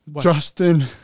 Justin